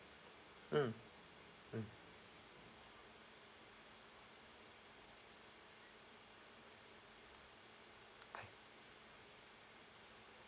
mm